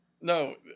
No